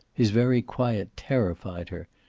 his very quiet terrified her,